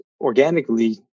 organically